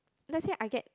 lets say I get